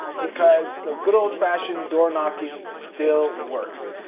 because the good old fashioned door knocking still works.